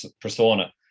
persona